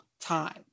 time